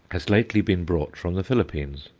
has lately been brought from the philippines,